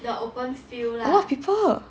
a lot of people